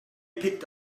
picked